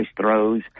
throws